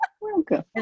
Welcome